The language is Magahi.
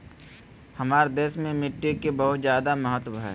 हमार देश में मिट्टी के बहुत जायदा महत्व हइ